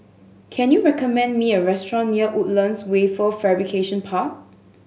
can you recommend me a restaurant near Woodlands Wafer Fabrication Park